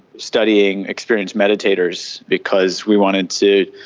studying experienced meditators, because we wanted to,